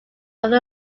over